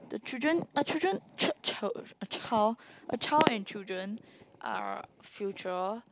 the children a children ch~ ch~ a child a child and children are future